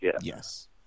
Yes